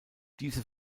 diese